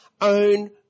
own